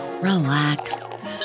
relax